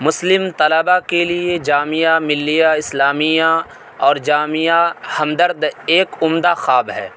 مسلم طلباء کے لیے جامعہ ملیہ اسلامیہ اور جامعہ ہمدرد ایک عمدہ خواب ہے